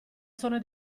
sono